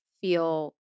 feel